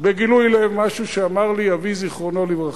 בגילוי לב משהו שאמר לי אבי זיכרונו לברכה.